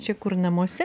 čia kur namuose